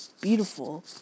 beautiful